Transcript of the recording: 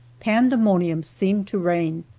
pandemonium seemed to reign.